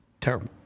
Terrible